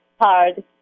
hard